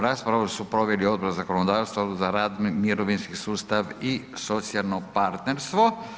Raspravu su proveli Odbor za zakonodavstvo, Odbor za rad, mirovinski sustav i socijalno partnerstvo.